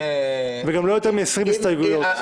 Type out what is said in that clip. וגם לא יותר מ-20 הסתייגויות.